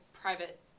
private